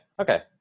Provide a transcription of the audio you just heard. okay